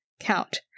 count